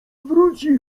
wróci